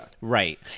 Right